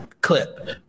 clip